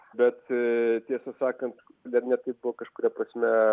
bet tiesą sakant dar net tai buvo kažkuria prasme